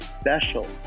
special